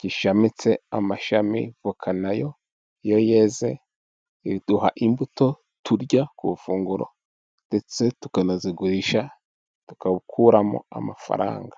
gishamitse amashami. Avoka nayo iyo yeze iduha imbuto turya ku mafunguro, ndetse tukanazigurisha tugakuramo amafaranga.